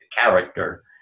character